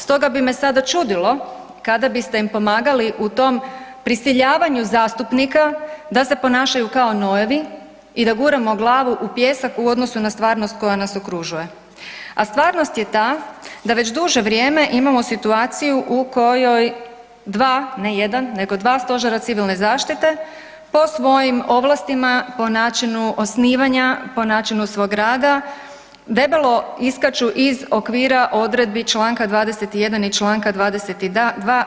Stoga bi me sada čudilo kada biste im pomagali u tom prisiljavanju zastupnika da se ponašaju kao nojevi i da guramo glavu u pijesak u odnosu na stvarnost koja nas okružuje, a stvarnost je ta da već duže vrijeme imamo situaciju u kojoj dva, ne jedan nego dva stožera civilne zaštite po svojim ovlastima, po načinu osnivanja, po načinu svog rada debelo iskaču iz okvira odredbi članka 21. i članka 22.